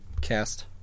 cast